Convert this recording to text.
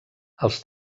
els